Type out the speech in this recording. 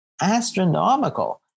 astronomical